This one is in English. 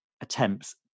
attempts